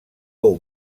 fou